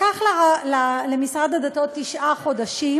לקח למשרד הדתות תשעה חודשים,